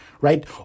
Right